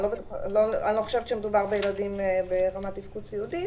אני לא חושבת שמדובר בילדים ברמת תפקוד סיעודית,